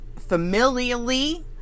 familially